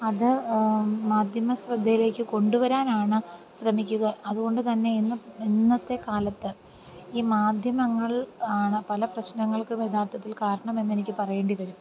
അത് മാധ്യമ ശ്രദ്ധയിലേക്ക് കൊണ്ടുവരാനാണ് ശ്രമിക്കുക അതുകൊണ്ട് തന്നെ ഇന്ന് ഇന്നത്തെ കാലത്ത് ഈ മാധ്യമങ്ങൾ ആണ് പല പ്രശ്നങ്ങൾക്കും യഥാർത്ഥത്തിൽ കാരണമെന്ന് എനിക്ക് പറയേണ്ടി വരും